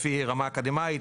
לפי רמה אקדמית,